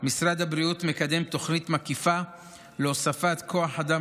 משרד הבריאות מקדם תוכנית מקיפה להוספת כוח אדם